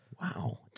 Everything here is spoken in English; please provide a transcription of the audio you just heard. Wow